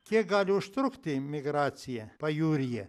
kiek gali užtrukti migracija pajūryje